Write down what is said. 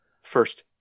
first